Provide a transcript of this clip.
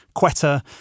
Quetta